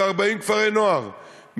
הוא 40 כפרי נוער,